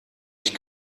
ich